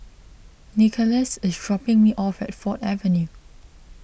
Nicholaus is dropping me off at Ford Avenue